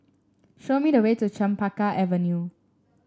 show me the way to Chempaka Avenue